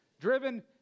Driven